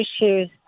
issues